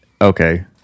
okay